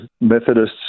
Methodists